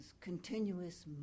continuous